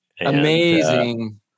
Amazing